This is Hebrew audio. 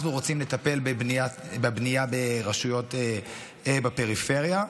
אנחנו רוצים לטפל בבנייה ברשויות בפריפריה,